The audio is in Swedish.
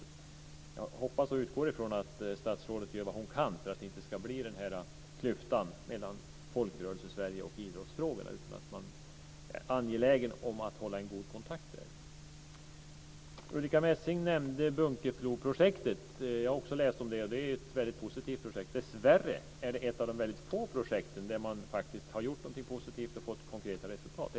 Jag hoppas och utgår från att statsrådet gör vad hon kan för att det inte ska bli en klyfta mellan Folkrörelsesverige och idrottsfrågorna, utan att man är angelägen om att hålla en god kontakt där. Ulrica Messing nämnde Bunkefloprojektet. Jag har också läst om det. Det är ett väldigt positivt projekt. Dessvärre är det ett av de få projekt där man har gjort någonting positivt och fått konkreta resultat.